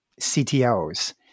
CTOs